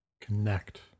connect